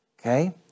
okay